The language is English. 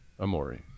Amori